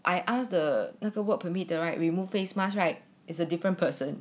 I ask 的那个 work permit the right removed face mask right is a different person